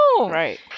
right